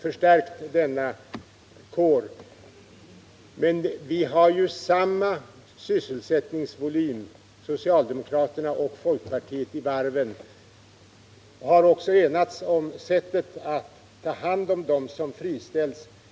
Men socialdemokraterna och folkpartiet har ju samma sysselsättningsvolym beträffande varven och har också enats om sättet att ta hand om dem som friställs.